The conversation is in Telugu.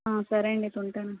సరే అండీ అయితే ఉంటాను